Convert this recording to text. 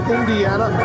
Indiana